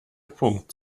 punkt